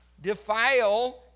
defile